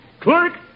Clerk